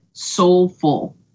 soulful